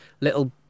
little